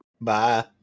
Bye